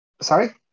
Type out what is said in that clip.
Sorry